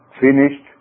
finished